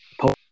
post